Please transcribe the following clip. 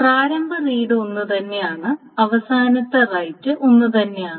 പ്രാരംഭ റീഡ് ഒന്നുതന്നെയാണ് അവസാനത്തെ റൈററ് ഒന്നുതന്നെയാണ്